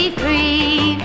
free